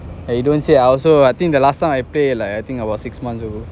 eh you don't say I also I think the last time I play like I think about six months ago